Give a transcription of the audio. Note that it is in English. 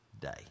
day